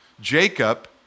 Jacob